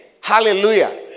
Hallelujah